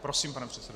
Prosím, pane předsedo.